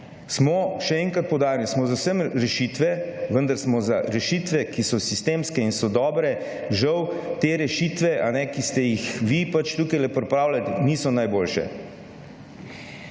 Smo, še enkrat poudarjam, smo za rešitve, vendar smo za rešitve, ki so sistemske in so dobre. Žal te rešitve, ki ste jih vi pač tukajle pripravili niso najboljše.